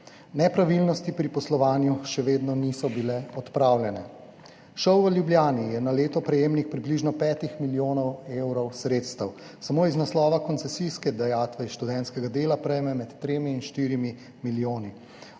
nepravilnosti pri poslovanju še vedno niso bile odpravljene. ŠOU v Ljubljani je na leto prejemnik približno 5 milijonov evrov sredstev, samo iz naslova koncesijske dajatve iz študentskega dela prejme med 3 in 4 milijoni.